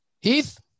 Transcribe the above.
Heath